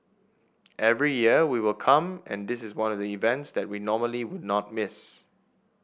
every year we will come and this is one of the events that we normally will not miss